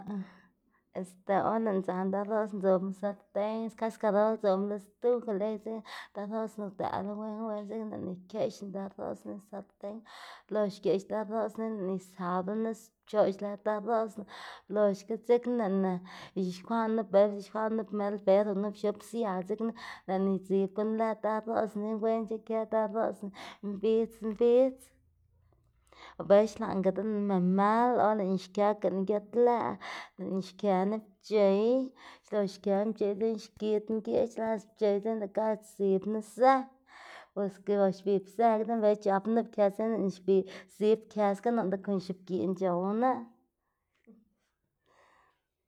este or lëꞌná dzaná de arrosná dzobna lo sarten, kaskarol dzoꞌbná lo stuf lego dzekna dearrosná udëꞌla wen wen dzekna lëꞌna ikeꞌxná dearrosná lën sarten lox xgeꞌx dearrosná dzekna lëꞌná izab nis pchoꞌx lëd dearrosná loxga dzekna lëꞌná ix̱uxkwaꞌná nup bela ix̱uxkwaꞌná nup më lber, nup x̱ob sia dzekna lëꞌná idzib gunu lëd dearrosná dzekna wen ic̲h̲ikë dearrosná mbidz mbidz. Bela xlaꞌngadená memel or lëꞌná xkëka giat lëꞌ lëꞌná xkëná pc̲h̲ey xlox xkëna pc̲h̲ey xgidná geꞌc̲h̲ las pc̲h̲ey dzekna lëꞌ ga sdzibná zë bos xlox xbib zë dela c̲h̲apná nup kës dzekna lëꞌna xbib sdzib kës ga noꞌnda kon x̱ubgiꞌn c̲h̲owna.